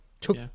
took